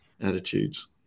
attitudes